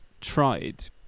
tried